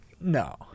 No